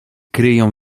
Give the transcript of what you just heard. kryją